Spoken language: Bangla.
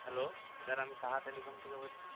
হ্যালো স্যার আমি সাহা টেলিকম থেকে বলছি